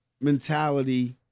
mentality